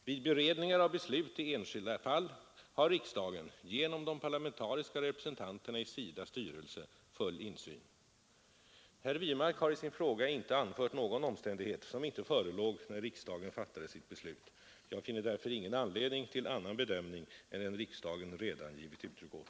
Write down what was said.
Vid beredningar av beslut i enskilda fall har riksdagen genom de parlamentariska representanterna i SIDA:s styrelse full insyn. Herr Wirmark har i sin fråga inte anfört någon omständighet som inte förelåg när riksdagen fattade sitt beslut, Jag finner därför ingen anledning till annan bedömning än den riksdagen redan givit uttryck åt.